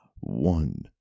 One